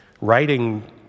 writing